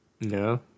No